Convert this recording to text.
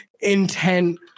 intent